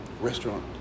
restaurant